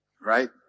Right